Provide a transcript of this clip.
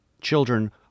Children